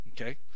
okay